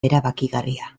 erabakigarria